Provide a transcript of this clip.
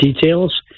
details